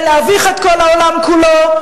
ולהביך את כל העולם כולו,